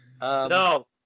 No